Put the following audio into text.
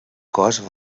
cos